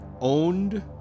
owned